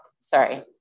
Sorry